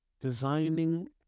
Designing